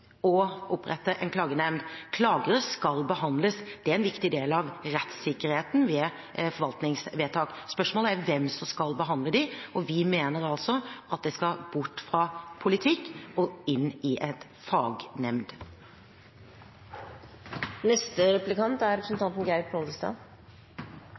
å opprette en klagenemnd. Klager skal behandles, det er en viktig del av rettssikkerheten ved forvaltningsvedtak. Spørsmålet er hvem som skal behandle dem, og vi mener altså at det skal bort fra politikk og inn i en fagnemnd. Jeg tror ikke det er